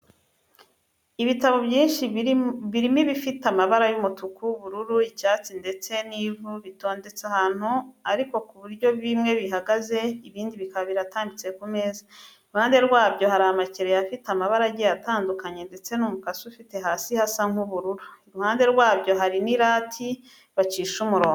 Ibitabo byinshi birimo ibifite amabara y'umutuku, ubururu, icyatsi ndetse n'ivu bitondetse ahantu ariko ku buryo bimwe bihagaze, ibindi bikaba birambitse ku meza. Iruhande rwabyo hari amakereyo afite amabara agiye atandukanye ndetse n'umukasi ufite hasi hasa nk'ubururu. Iruhande rwabyo hari n'irati bacisha umurongo.